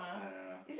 I don't know